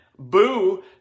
Boo